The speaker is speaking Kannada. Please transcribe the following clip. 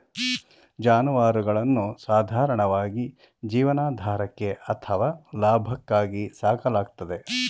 ಜಾನುವಾರುಗಳನ್ನು ಸಾಧಾರಣವಾಗಿ ಜೀವನಾಧಾರಕ್ಕೆ ಅಥವಾ ಲಾಭಕ್ಕಾಗಿ ಸಾಕಲಾಗ್ತದೆ